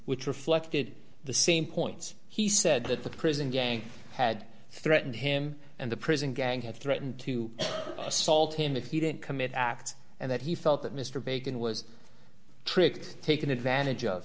which reflected the same points he said that the prison gang had threatened him and the prison gang had threatened to assault him if he didn't commit acts and that he felt that mr bacon was tricked taken advantage of